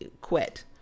quit